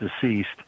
deceased